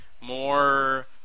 more